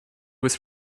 was